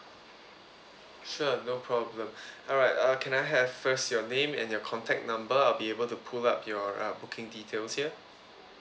sure no problem alright uh can I have first your name and your contact number I'll be able to pull up your uh booking details here